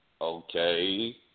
Okay